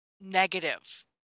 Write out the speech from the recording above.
negative